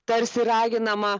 tarsi raginama